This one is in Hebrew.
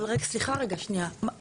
אבל זה אחרי הפרסום.